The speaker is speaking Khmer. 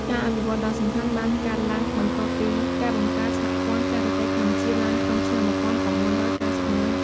ការអភិវឌ្ឍន៍ដ៏សំខាន់បានកើតឡើងបន្ទាប់ពីការបង្កើត សហព័ន្ធការ៉ាតេកម្ពុជា ឡើងក្នុងឆ្នាំ ១៩៩១។